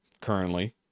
currently